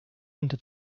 into